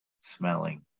smelling